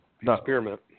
experiment